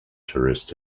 tourist